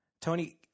Tony